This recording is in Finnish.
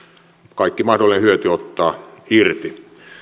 kaikki mahdollinen hyöty ottaa irti